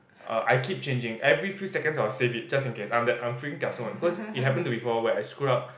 err I keep changing every few seconds I'll save it just in case I'm the I'm freaking kiasu one cause it happened before where I screw up